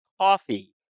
coffee